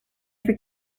for